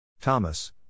Thomas